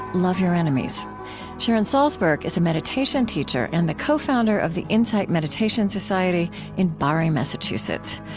love your enemies sharon salzberg is a meditation teacher and the cofounder of the insight meditation society in barre, massachusetts.